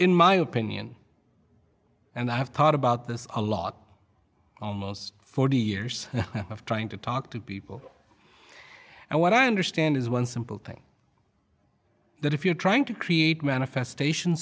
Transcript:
in my opinion and i have thought about this a lot forty years of trying to talk to people and what i understand is one simple thing that if you're trying to create manifestation